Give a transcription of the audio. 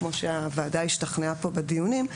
כמו שהוועדה השתכנעה פה בדיונים,